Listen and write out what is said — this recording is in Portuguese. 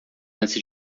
antes